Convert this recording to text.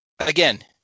again